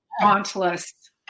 dauntless